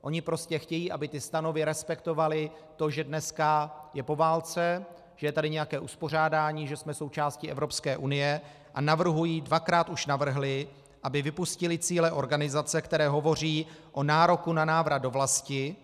Oni prostě chtějí, aby ty stanovy respektovaly to, že dneska je po válce, že je tady nějaké uspořádání, že jsme součástí Evropské unie, a dvakrát už navrhli, aby vypustili cíle organizace, které hovoří o nároku na návrat do vlasti.